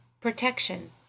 Protection